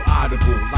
audible